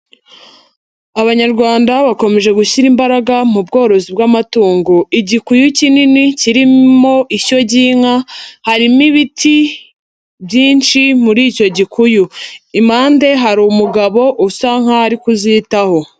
Abanyarwanda bakomeje gushyira imbaraga mu bworozi bw'amatungo. Igikuyu kinini kirimo ishyo ry'inka, harimo ibiti byinshi muri icyo gikuyu. Impande hari umugabo usa nkaho ari kuzitaho.